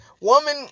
Woman